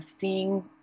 seeing